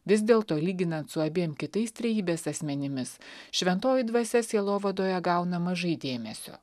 vis dėlto lyginant su abiem kitais trejybės asmenimis šventoji dvasia sielovadoje gauna mažai dėmesio